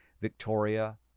Victoria